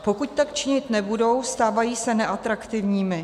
Pokud tak činit nebudou, stávají se neatraktivními.